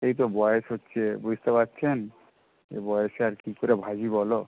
এই তো বয়স হচ্ছে বুঝতে পারছেন এই বয়সে আর কী করে ভাজি বলো